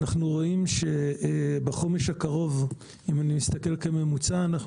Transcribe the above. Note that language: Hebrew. אנחנו רואים שבחומש הקרוב אם אני מסתכל כממוצע,